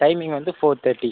timing வந்து four thirty